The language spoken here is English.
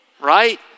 right